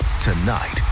Tonight